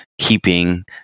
keeping